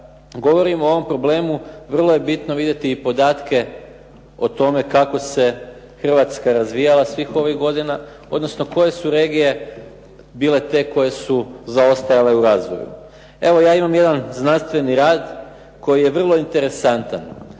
govorimo o ovom problemu, vrlo je bitno vidjeti i podatke o tome kako se Hrvatska razvijala svih ovih godina, odnosno koje su regije bile te koje su zaostajale u razvoju. Evo ja imam jedan znanstveni rad koji je vrlo interesantan.